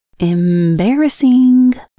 Embarrassing